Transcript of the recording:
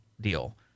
deal